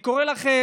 אני קורא לכם,